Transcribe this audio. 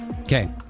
Okay